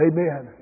Amen